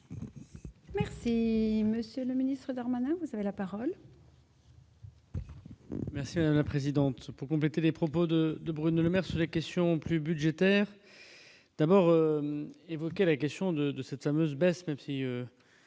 Merci, Monsieur le Ministre d'vous avez la parole. Merci à la présidente pour compléter les propos de de Bruno Le Maire sur les question plus budgétaire d'abord évoqué la question de de cette fameuse baisse, même si